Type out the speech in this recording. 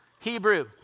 Hebrew